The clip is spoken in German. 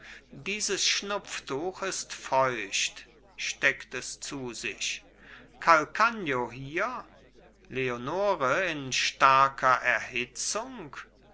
dieses schnupftuch ist feucht steckt es zu sich calcagno hier leonore ist starker erhitzung